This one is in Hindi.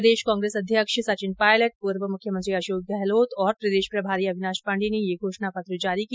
प्रदेश कांग्रेस अध्यक्ष सचिन पायलट पूर्व मुख्यमंत्री अशोक गहलोत और प्रदेश प्रभारी अविनाश पाण्डे ने ये घोषणा पत्र जारी किया